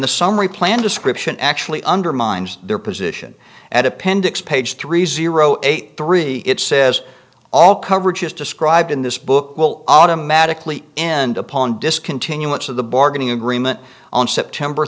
the summary plan description actually undermines their position at appendix page three zero eight three it says all coverage as described in this book will automatically end upon discontinue much of the bargaining agreement on september